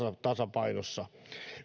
tasapainossa